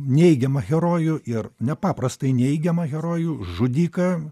neigiamą herojų ir nepaprastai neigiamą herojų žudiką